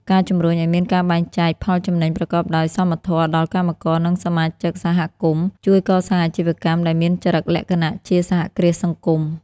ការជំរុញឱ្យមានការបែងចែកផលចំណេញប្រកបដោយសមធម៌ដល់កម្មករ និងសមាជិកសហគមន៍ ជួយកសាងអាជីវកម្មដែលមានចរិតលក្ខណៈជា "សហគ្រាសសង្គម"